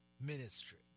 ministry